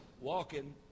walking